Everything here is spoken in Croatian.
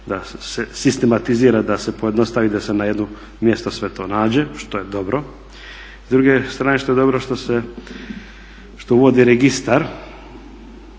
da se sistematizira, da se pojednostavi, da se na jednom mjestu sve to nađe, što je dobro. S druge strane što je dobro što uvodi registar